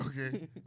Okay